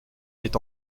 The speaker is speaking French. est